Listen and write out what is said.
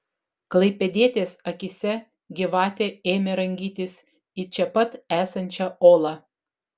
klaipėdietės akyse gyvatė ėmė rangytis į čia pat esančią olą